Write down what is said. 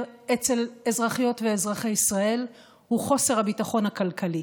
אצל אזרחיות ואזרחי ישראל הוא חוסר הביטחון הכלכלי.